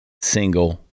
single